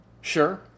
Sure